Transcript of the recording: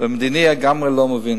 במדיני, לגמרי לא מבין.